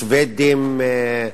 שבדים,